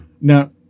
Now